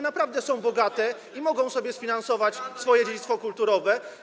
naprawdę są bogate i mogą sobie sfinansować swoje dziedzictwo kulturowe.